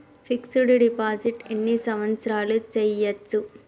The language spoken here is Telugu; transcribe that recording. ఫిక్స్ డ్ డిపాజిట్ ఎన్ని సంవత్సరాలు చేయచ్చు?